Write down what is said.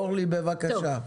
אורלי, בבקשה.